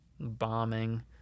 bombing